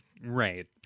Right